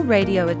Radio